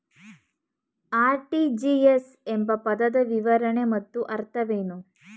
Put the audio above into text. RTGS ಎಂಬ ಪದದ ವಿವರಣೆ ಮತ್ತು ಅರ್ಥವೇನು?